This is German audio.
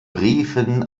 briefen